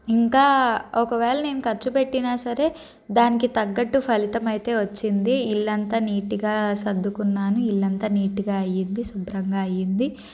ఇంకా ఒకవేళ నేను ఖర్చుపెట్టినా సరే దానికి తగ్గట్టు ఫలితం అయితే వచ్చింది ఇళ్ళంతా నీట్గా సర్దుకున్నాను ఇళ్ళంతా నీట్గా అయింది శుభ్రంగా అయింది